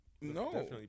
No